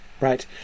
right